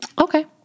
Okay